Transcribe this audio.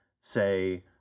say